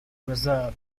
reserve